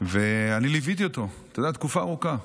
ואני ליוויתי אותו תקופה ארוכה.